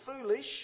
foolish